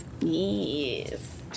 Yes